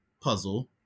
Puzzle